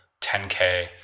10K